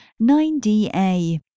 9DA